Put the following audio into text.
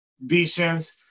visions